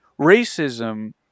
Racism